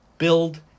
Build